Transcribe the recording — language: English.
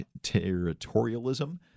territorialism